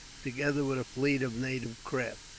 together with a fleet of native craft.